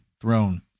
throne